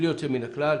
בלי יוצא מן הכלל,